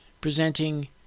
presenting